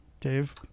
Dave